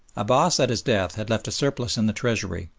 abbass at his death had left a surplus in the treasury.